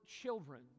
children